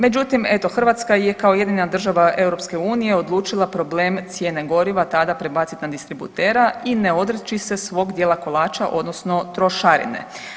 Međutim eto, Hrvatska je kao jedina država EU odlučila problem cijene goriva tada prebaciti na distributera i ne odreći se svog dijela kolača, odnosno trošarine.